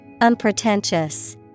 Unpretentious